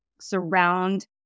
surround